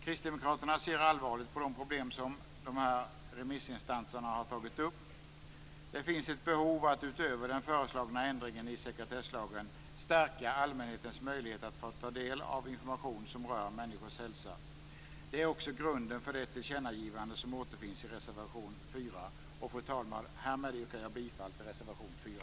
Kristdemokraterna ser allvarligt på de problem som dessa remissinstanser har tagit upp. Det finns ett behov av att utöver den föreslagna ändringen i sekretesslagen stärka allmänhetens möjligheter att få ta del av information som rör människors hälsa. Det är också grunden för det tillkännagivande som återfinns i reservation 4. Fru talman! Härmed yrkar jag bifall till reservation 4.